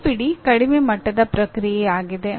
ನೆನಪಿಡಿ ಕಡಿಮೆ ಮಟ್ಟದ ಪ್ರಕ್ರಿಯೆ ಆಗಿದೆ